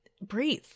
breathe